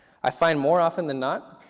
i find more often than not